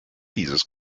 dieses